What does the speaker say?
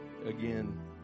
again